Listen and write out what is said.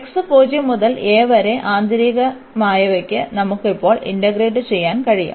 x 0 മുതൽ a വരെ ആന്തരികമായവയ്ക്ക് നമുക്ക് ഇപ്പോൾ ഇന്റഗ്രേറ്റ് ചെയ്യാൻ കഴിയും